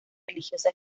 religiosa